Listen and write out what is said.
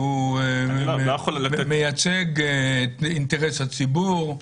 שהוא מייצג את אינטרס הציבור?